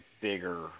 bigger